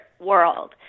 world